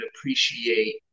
appreciate